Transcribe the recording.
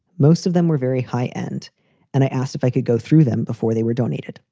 most of them were very high end and i asked if i could go through them before they were donated.